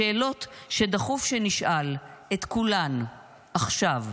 השאלות שדחוף שנשאל את כולן עכשיו.